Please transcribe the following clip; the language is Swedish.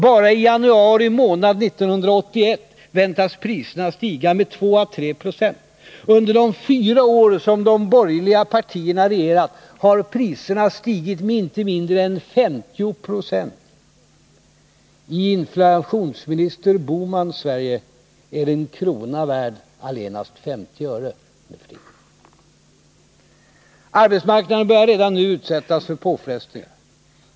Bara i januari månad 1981 väntas priserna stiga med 2 å 3 96. Under de fyra år som de borgerliga partierna regerat, har priserna stigit med inte mindre än 50 96. I inflationsminister Bohmans Sverige är en krona värd allenast 50 öre. Arbetsmarknaden börjar redan nu utsättas för påfrestningar.